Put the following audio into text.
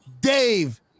Dave